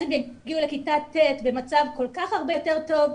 הם יגיעו לכיתה ט' במצב כל כך הרבה יותר טוב,